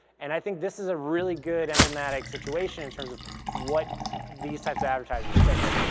and i think this is a really good emblematic situation in terms of what these types of advertisers face.